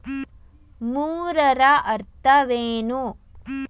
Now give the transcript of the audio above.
ಮೂರರ ಅರ್ಥವೇನು?